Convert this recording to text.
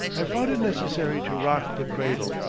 i found it necessary to rock the cradle,